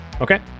Okay